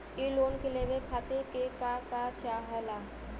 इ लोन के लेवे खातीर के का का चाहा ला?